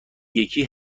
یکی